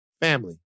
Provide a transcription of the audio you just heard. Family